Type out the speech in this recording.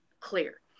clear